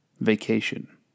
vacation